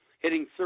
hitting